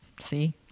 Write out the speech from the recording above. See